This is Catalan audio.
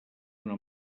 una